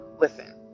listen